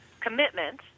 commitment